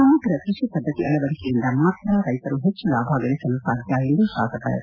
ಸಮಗ್ರ ಕೃಷಿ ಪದ್ದತಿ ಅಳವಡಿಕೆಯಿಂದ ಮಾತ್ರ ರೈತರು ಹೆಚ್ಚುಲಾಧ ಗಳಸಲು ಸಾಧ್ಯ ಎಂದು ತಾಸಕ ಎಸ್